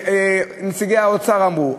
ונציגי האוצר אמרו,